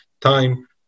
time